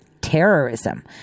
terrorism